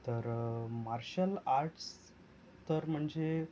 तर martial arts तर म्हणजे